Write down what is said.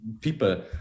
people